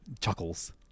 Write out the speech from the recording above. chuckles